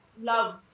love